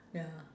ya